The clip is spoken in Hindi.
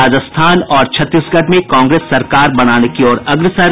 राजस्थान और छत्तीसगढ़ में कांग्रेस सरकार बनाने की ओर अग्रसर